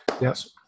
Yes